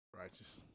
Righteous